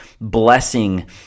blessing